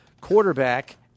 quarterback